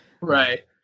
Right